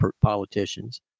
politicians